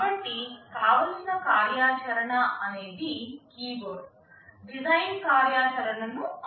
కాబట్టి కావలసిన కార్యాచరణఅనేది కీవర్డ్ డిజైన్ కార్యాచరణ ను అమలు పరచడమే